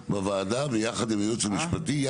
שלנו בוועדה ויחד עם הייעוץ המשפטי,